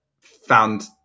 found